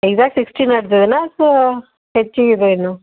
ಈಗ ಸಿಕ್ಸ್ಟಿ ನಡ್ದಿದೆಯಾ ಅಥವಾ ಹೆಚ್ಚಿಗಿದೆ ಇನ್ನೂ